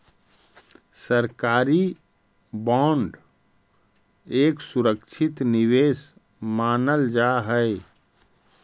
सरकारी बांड एक सुरक्षित निवेश मानल जा हई